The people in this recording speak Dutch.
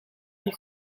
een